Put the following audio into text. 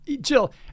Jill